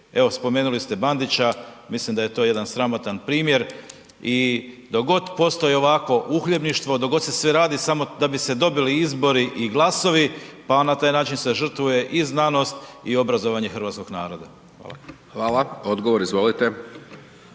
Evo spomenuli ste Bandića, mislim da je to jedan sramotan primjer i dok god postoji ovakvo uhljebništvo, dok god se sve radi samo da bi se dobili izbori i glasovi pa na taj način se žrtvuje i znanost i obrazovanje hrvatskog naroda. Hvala. **Hajdaš Dončić,